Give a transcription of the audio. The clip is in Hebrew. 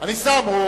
אתה לא שם?